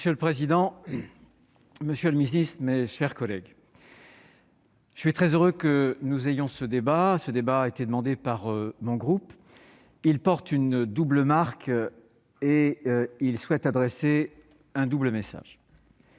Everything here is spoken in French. Monsieur le président, monsieur le ministre, mes chers collègues, je suis très heureux que nous ayons ce débat, qui a été demandé par mon groupe. Il porte une double marque et veut adresser un double message.